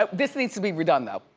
ah this needs to be redone though.